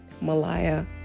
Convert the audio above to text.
Malaya